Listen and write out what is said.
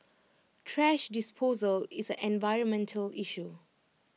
thrash disposal is an environmental issue